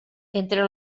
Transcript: entre